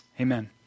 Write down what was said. amen